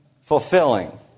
fulfilling